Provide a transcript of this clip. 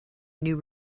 new